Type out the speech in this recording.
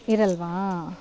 ಇರಲ್ವಾ